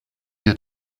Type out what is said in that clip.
had